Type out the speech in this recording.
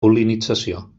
pol·linització